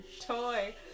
toy